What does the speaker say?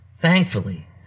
Thankfully